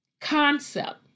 concept